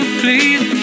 please